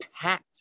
packed